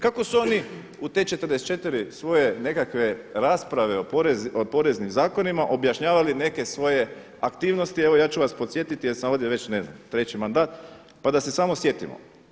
Kako su oni u te 44 svoje nekakve rasprave o poreznim zakonima objašnjavali neke svoje aktivnosti, evo ja ću vas podsjetiti jer sam ovdje već, ne znam 3 mandat, pa da se samo sjetimo.